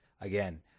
Again